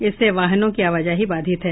इससे वाहनों की आवाजाही बाधित है